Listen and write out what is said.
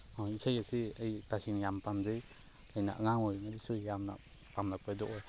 ꯏꯁꯩ ꯑꯁꯤ ꯑꯩ ꯇꯁꯦꯡꯅ ꯌꯥꯝ ꯄꯥꯝꯖꯩ ꯑꯩꯅ ꯑꯉꯥꯡ ꯑꯣꯏꯔꯤꯉꯩꯗꯁꯨ ꯌꯥꯝꯅ ꯄꯥꯝꯂꯛꯄꯗꯣ ꯑꯣꯏ